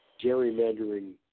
gerrymandering